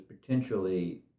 potentially